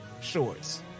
shorts